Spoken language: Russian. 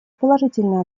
положительно